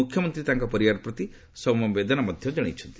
ମୁଖ୍ୟମନ୍ତ୍ରୀ ତାଙ୍କ ପରିବାର ପ୍ରତି ସମବେଦନା ଜଣାଇଛନ୍ତି